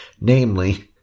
Namely